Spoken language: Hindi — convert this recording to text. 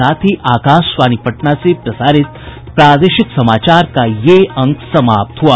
इसके साथ ही आकाशवाणी पटना से प्रसारित प्रादेशिक समाचार का ये अंक समाप्त हुआ